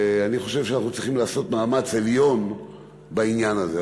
אני חושב שאנחנו צריכים לעשות מאמץ עליון בעניין הזה.